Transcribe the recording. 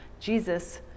Jesus